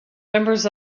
members